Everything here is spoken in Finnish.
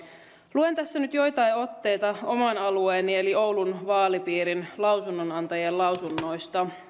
luen tässä nyt joitain otteita oman alueeni eli oulun vaalipiirin lausunnonantajien lausunnoista